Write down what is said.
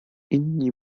inni